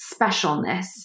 specialness